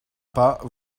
pas